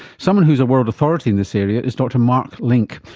someone who's a world authority in this area is dr mark link,